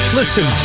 listen